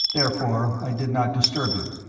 therefore i did not disturb him,